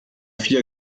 vier